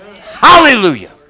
Hallelujah